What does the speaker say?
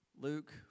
Luke